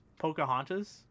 Pocahontas